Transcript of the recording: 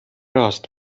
راست